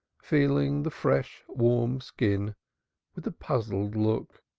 feeling the fresh warm skin with a puzzled look.